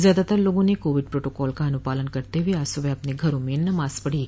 ज्यादातर लोगों ने कोविड प्रोटोकॉल का अनुपालन करते हुए आज सूबह अपने घरों में नमाज पढ़ी